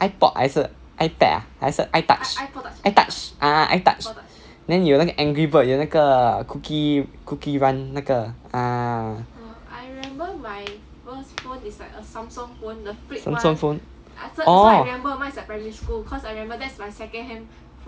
ipod 还是 ipad ah 还是 itouch itouch ah itouch then 有那个 angry bird 有那个 cookie cookie run 那个 ah Samsung phone